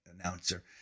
announcer